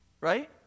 Right